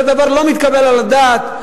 זה דבר לא מתקבל על הדעת,